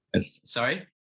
Sorry